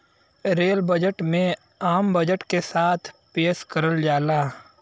rail budget में आम budget के साथ पेश करल जाला